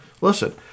listen